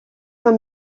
tan